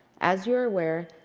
as you're aware,